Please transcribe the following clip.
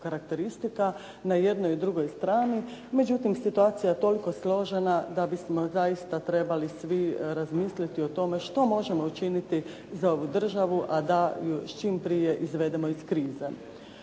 karakteristika na jednoj i drugoj strani, međutim situacija je toliko složena da bismo zaista trebali svi razmisliti o tome što možemo učiniti za ovu državu, a da ju čim prije izvedemo iz krize.